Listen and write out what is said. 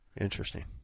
Interesting